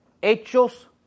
Hechos